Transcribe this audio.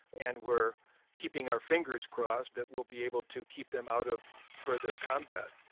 and we're keeping our fingers crossed that we'll be able to keep them out of further combat.